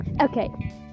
Okay